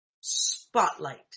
spotlight